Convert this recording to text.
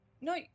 No